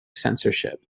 censorship